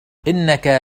إنك